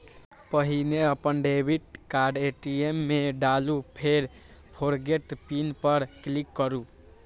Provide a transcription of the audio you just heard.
पहिने अपन debit card ATM मे डालू, फेर फोरगेट पिन पर क्लिक करू